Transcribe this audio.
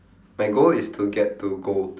my goal is to get to gold